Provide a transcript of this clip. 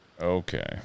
Okay